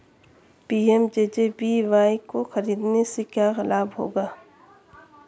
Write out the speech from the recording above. PMJJBY को खरीदने से क्या लाभ होगा?